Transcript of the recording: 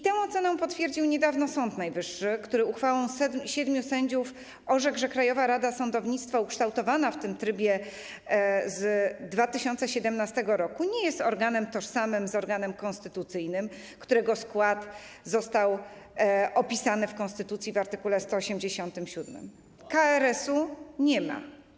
Tę ocenę potwierdził niedawno Sąd Najwyższy, który uchwałą siedmiu sędziów orzekł, że Krajowa Rada Sądownictwa ukształtowana w tym trybie z 2017 r. nie jest organem tożsamym z organem konstytucyjnym, którego skład został opisany w konstytucji, w art. 187.KRS-u nie ma.